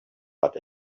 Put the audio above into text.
but